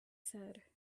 said